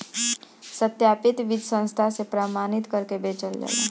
सत्यापित बीज संस्था से प्रमाणित करके बेचल जाला